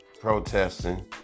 protesting